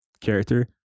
character